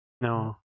No